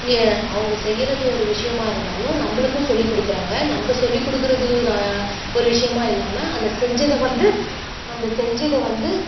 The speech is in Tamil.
நெ அவங்க செய்கிறது ஒரு விஷயமா இருந்தாலும் நம்மளுக்கும் சொல்லிக் கொடுக்குறாங்க நம்ம சொல்லிக் கொடுக்குறது நான் ஒரு விஷயமா இல்லாமல் அந்த செஞ்சதை வந்து அந்த செஞ்சதை வந்து